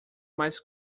mais